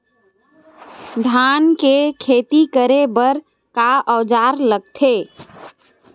धान के खेती करे बर का औजार लगथे?